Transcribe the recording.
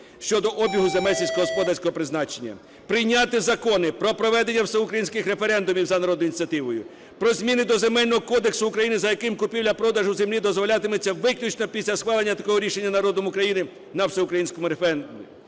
щодо обігу земель сільськогосподарського призначення; прийняти закони про проведення всеукраїнських референдумів за народною ініціативою; про зміни до Земельного кодексу України, за яким купівля-продаж землі дозволятиметься виключно після схвалення такого рішення народом України на всеукраїнському референдумі;